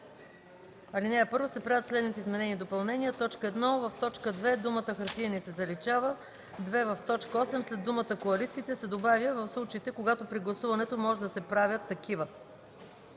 ал. 1 се правят следните изменения и допълнения: 1. В т. 2 думата „хартиени” се заличава; 2. В т. 8 след думата „коалициите” се добавя „– в случаите, когато при гласуването може да се правят такива”.”